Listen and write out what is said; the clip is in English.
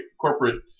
corporate